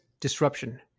disruption